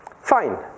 fine